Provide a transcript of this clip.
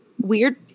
weird